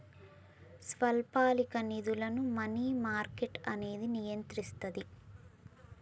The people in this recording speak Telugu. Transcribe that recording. స్వల్పకాలిక నిధులను మనీ మార్కెట్ అనేది నియంత్రిస్తది